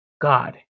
God